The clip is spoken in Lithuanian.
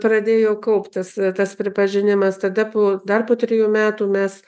pradėjo kauptis ir tas pripažinimas tada po dar po trejų metų mes